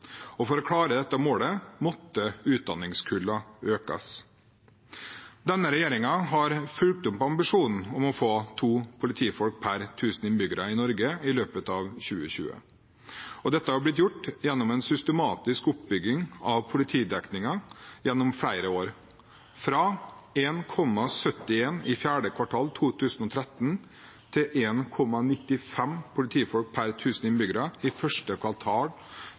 For å klare dette målet måtte utdanningskullene økes. Denne regjeringen har fulgt opp ambisjonen om å få to politifolk per tusen innbyggere i Norge i løpet av 2020. Dette har blitt gjort gjennom en systematisk oppbygging av politidekningen gjennom flere år – fra 1,71 i fjerde kvartal 2013 til 1,95 politifolk per tusen innbyggere i første kvartal